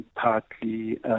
partly